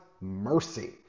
mercy